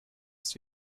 ist